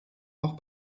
auch